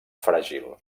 fràgil